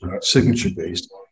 signature-based